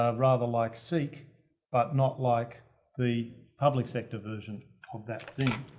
um rather like seek but not like the public sector version of that scene.